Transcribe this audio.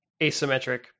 asymmetric